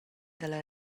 dalla